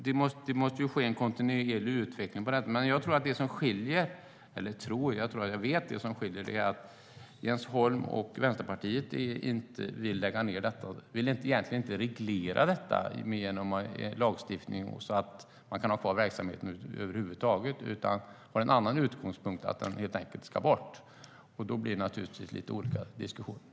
Det måste ske en kontinuerlig utveckling.